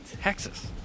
Texas